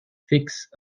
fixes